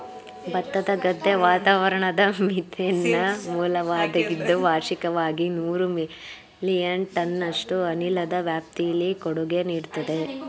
ಭತ್ತದ ಗದ್ದೆ ವಾತಾವರಣದ ಮೀಥೇನ್ನ ಮೂಲವಾಗಿದ್ದು ವಾರ್ಷಿಕವಾಗಿ ನೂರು ಮಿಲಿಯನ್ ಟನ್ನಷ್ಟು ಅನಿಲದ ವ್ಯಾಪ್ತಿಲಿ ಕೊಡುಗೆ ನೀಡ್ತದೆ